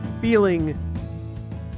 feeling